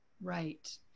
Right